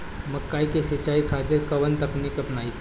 मकई के सिंचाई खातिर कवन तकनीक अपनाई?